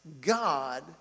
God